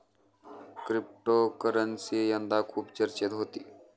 cryptocurrency यंदा खूप चर्चेत होती